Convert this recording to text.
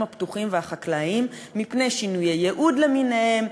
הפתוחים והחקלאיים מפני שינויי ייעוד למיניהם,